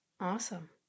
Awesome